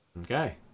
Okay